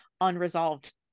unresolved